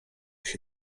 się